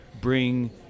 bring